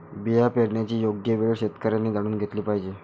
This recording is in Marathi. बिया पेरण्याची योग्य वेळ शेतकऱ्यांनी जाणून घेतली पाहिजे